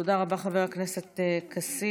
תודה רבה, חבר הכנסת כסיף.